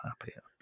happier